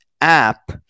app